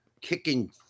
kicking